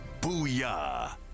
Booyah